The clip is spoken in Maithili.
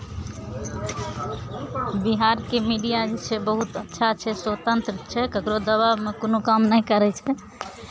बिहारके मीडिया जे छै बहुत अच्छा छै स्वतन्त्र छै ककरो दबावमे कोनो काम नहि करै छै